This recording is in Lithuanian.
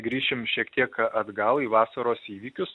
grįšim šiek tiek atgal į vasaros įvykius